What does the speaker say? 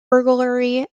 burglary